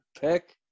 pick